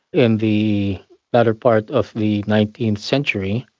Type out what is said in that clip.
in the latter part of the nineteenth century,